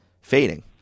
fading